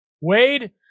Wade